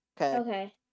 Okay